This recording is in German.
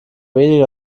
weniger